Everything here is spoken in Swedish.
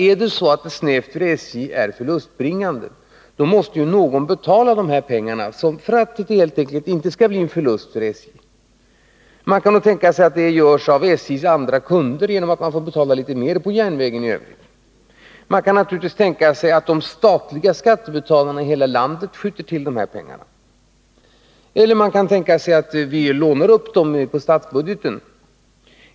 Är det så att det snävt sett är förlustbringande för SJ, måste någon betala de här pengarna för att det helt enkelt inte skall bli en förlust för SJ. Man kan då tänka sig att detta görs av SJ:s andra kunder genom att man får betala litet mer på järnvägen. Naturligtvis kan man tänka sig att de som betalar statlig skatt i landet skjuter till de här pengarna, och man kan också tänka sig att vi lånar upp pengarna på statsbudgeten.